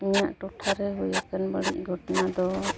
ᱤᱧᱟᱹᱜ ᱴᱚᱴᱷᱟᱨᱮ ᱦᱩᱭ ᱟᱠᱟᱱ ᱵᱟᱹᱲᱤᱡ ᱜᱷᱚᱴᱟᱱᱟ ᱫᱚ